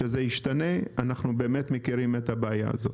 אנחנו באמת מכירים את הבעיה הזו.